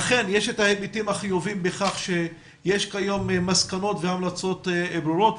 אכן יש את ההיבטים החיוביים בכך שיש כיום מסקנות והמלצות ברורות,